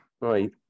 Right